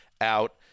out